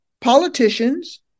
politicians